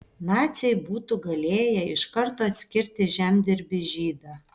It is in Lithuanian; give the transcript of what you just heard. naciai būtų galėję iš karto atskirti žemdirbį žydą